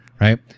right